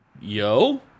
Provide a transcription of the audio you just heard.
Yo